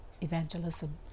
evangelism